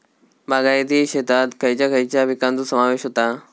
बागायती शेतात खयच्या खयच्या पिकांचो समावेश होता?